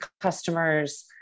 customers